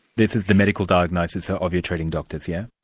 this is the medical diagnosis and so of your treating doctors, yeah